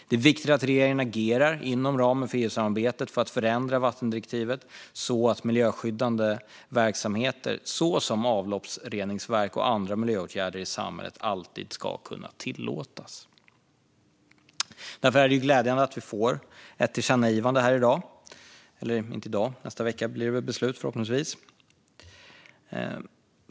Det är viktigt att regeringen agerar inom ramen för EU-samarbetet för att förändra vattendirektivet så att miljöskyddande verksamheter, såsom avloppsreningsverk och andra miljöåtgärder i samhället, alltid ska kunna tillåtas. Därför är det glädjande att vi nästa vecka förhoppningsvis får ett beslut om ett tillkännagivande.